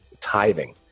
tithing